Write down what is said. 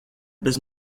bez